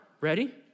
ready